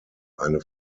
eine